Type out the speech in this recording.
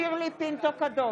שירלי פינטו קדוש,